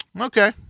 okay